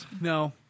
no